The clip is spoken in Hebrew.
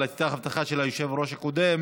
הייתה הבטחה של היושב-ראש הקודם